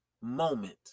moment